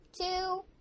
two